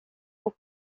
aux